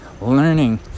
learning